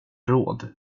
råd